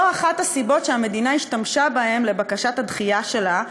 זו אחת הסיבות שהמדינה השתמשה בהן לבקשת הדחייה שלה,